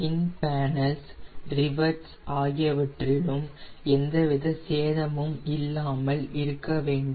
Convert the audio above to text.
skin panels ரிவெட்ஸ்ஆகியவற்றிலும் எந்தவித சேதமும் இல்லாமல் இருக்க வேண்டும்